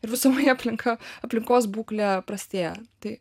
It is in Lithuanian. ir visumoje aplinka aplinkos būklė prastėja tai